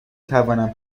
تونم